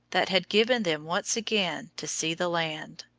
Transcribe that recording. that had given them once again to see the land.